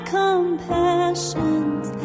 compassions